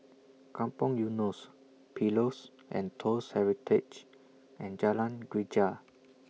Kampong Eunos Pillows and Toast Heritage and Jalan Greja